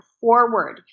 forward